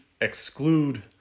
exclude